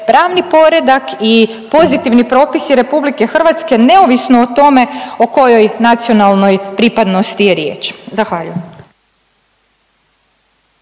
pravni poredak i pozitivni propisi RH neovisno o tome o kojoj nacionalnoj pripadnosti je riječ. Zahvaljujem.